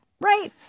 right